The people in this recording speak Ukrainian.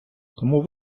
тому